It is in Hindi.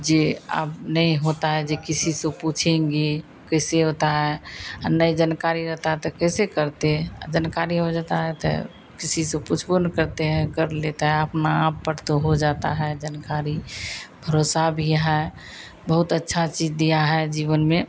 जो अब नहीं होता है जो किसी से पूछेंगे कैसे होता है नहीं जानकारी रहती है तो कैसे करते और जानकारी हो जाती है तो किसी से पुछ्बो नहीं करते हैं कर लेते हैं अपने आप पर तो हो जाता है जानकारी भरोसा भी है बहुत अच्छी चीज़ दी है जीवन में